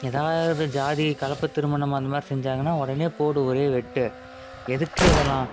எதாவது ஜாதி கலப்பு திருமணம் அந்த மாதிரி செஞ்சாங்கன்னா உடனே போடு ஒரே வெட்டு எதுக்கு இதெலாம்